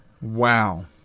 Wow